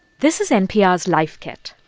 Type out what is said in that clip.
this is npr's life kit